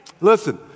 Listen